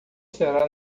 será